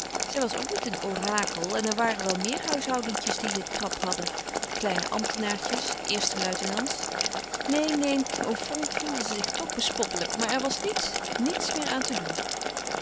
zij was ook niet een orakel en er waren wel meer huishoudentjes die het krap hadden kleine ambtenaartjes eerste luitenants neen neen au fond vond ze zich toch bespottelijk maar er was niets niets meer aan te doen